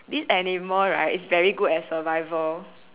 this animal right is very good at survival